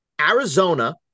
Arizona